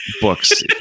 books